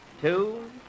two